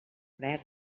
fre